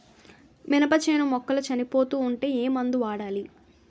మినప చేను మొక్కలు చనిపోతూ ఉంటే ఏమందు వాడాలి?